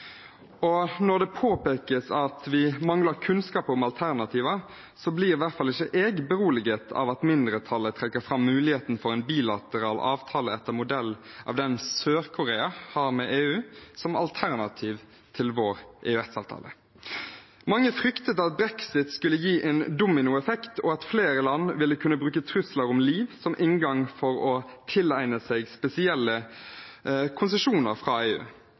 Og når det påpekes at vi mangler kunnskap om alternativer, blir i hvert fall ikke jeg beroliget av at mindretallet trekker fram muligheten for en bilateral avtale etter modell av den Sør-Korea har med EU, som alternativ til vår EØS-avtale. Mange fryktet at brexit skulle gi en dominoeffekt, og at flere land ville kunne bruke trusler om «leave» som inngang for å tilegne seg spesielle konsesjoner fra EU.